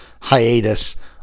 hiatus